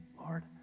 Lord